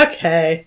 Okay